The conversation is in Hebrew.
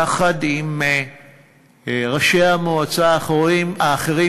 יחד עם חברי המועצה האחרים,